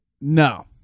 No